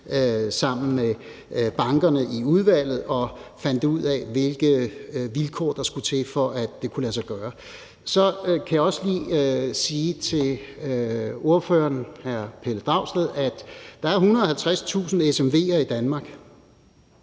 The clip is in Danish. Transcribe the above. sammen med bankerne i udvalget og fandt ud af, hvilke vilkår der skulle til, for at det kunne lade sig gøre. Så kan jeg også lige sige til spørgeren, hr. Pelle Dragsted, at der er 150.000 SMV'er i Danmark.